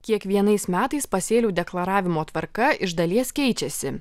kiekvienais metais pasėlių deklaravimo tvarka iš dalies keičiasi